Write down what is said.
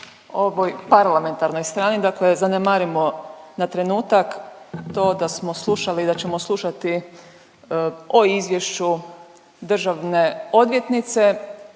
ovoj parlamentarnoj strani dakle zanemarimo na trenutak to da smo slušali i da ćemo slušati o izvješću državne odvjetnice